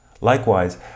Likewise